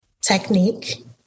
technique